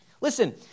Listen